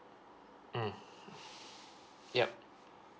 mm ya